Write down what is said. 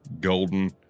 Golden